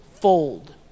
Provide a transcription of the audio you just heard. fold